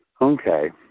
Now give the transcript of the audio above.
okay